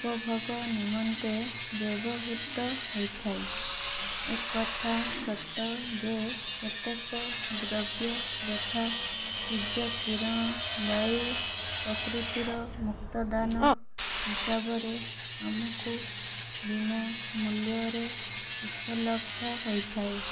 ଉପଭୋଗ ନିମନ୍ତେ ବ୍ୟବହୃତ ହୋଇଥାଏ ଏକଥା ସତ ଯେ କେତେକ ଦ୍ରବ୍ୟ ଯଥା ସୂର୍ଯ୍ୟକିରଣ ବାୟୁ ପ୍ରକୃତିର ମୂକ୍ତଦାନ ହିସାବରେ ଆମକୁ ବିନା ମୂଲ୍ୟରେ ଉପଲବ୍ଧ ହୋଇଥାଏ